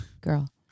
girl